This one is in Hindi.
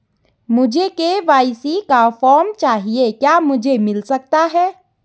मुझे के.वाई.सी का फॉर्म चाहिए क्या मुझे मिल सकता है?